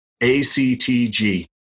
ACTG